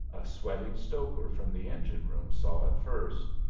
a sweating stoker from the engine-room saw it first.